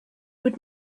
would